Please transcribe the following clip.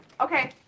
Okay